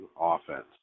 offense